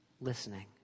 listening